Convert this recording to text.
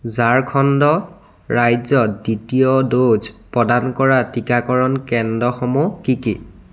ঝাৰখণ্ড ৰাজ্যত দ্বিতীয় ড'জ প্ৰদান কৰা টিকাকৰণ কেন্দ্ৰসমূহ কি কি